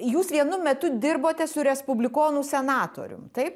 jūs vienu metu dirbote su respublikonų senatorium taip